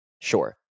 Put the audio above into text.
sure